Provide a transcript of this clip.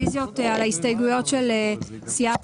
בעסקאות של מתן שירות,